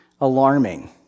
alarming